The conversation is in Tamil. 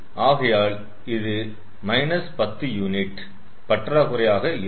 ஆகையால் இது 10 யூனிட் பற்றாக்குறை ஆக இருக்கும்